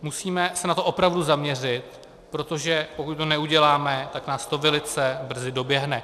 Musíme se na to opravdu zaměřit, protože pokud to neuděláme, tak nás to velice brzy doběhne.